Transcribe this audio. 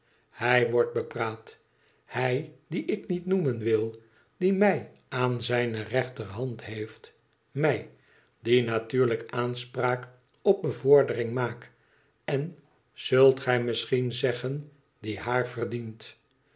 hij wordt bepraat hij dien ik niet noemen wil die mij aan zijne rechterhand heeft mij die natuurlijk aanspraak op bevordering maak en zult gij misschien zeggen die haar verdient